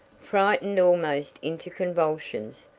frightened almost into convulsions,